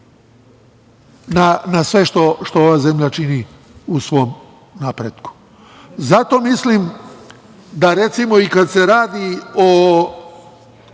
na sve što ova zemlja čini u svom napretku. Zato mislim da, recimo, i kad se radi o